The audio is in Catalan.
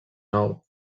nou